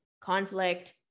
conflict